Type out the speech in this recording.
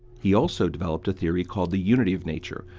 he also developed a theory called the unity of nature,